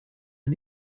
der